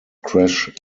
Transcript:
crash